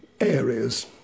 areas